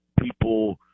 people